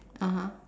(uh huh)